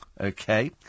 Okay